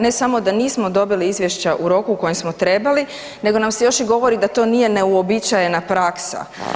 Ne samo da nismo dobili izvješća u roku u kojem smo trebali nego nam se još i govori da to nije neuobičajena praksa.